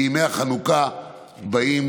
כי ימי החנוכה באים